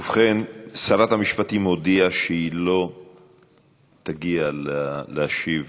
ובכן, שרת המשפטים הודיעה שהיא לא תגיע להשיב